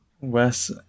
Wes